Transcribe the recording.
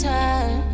time